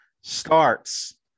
starts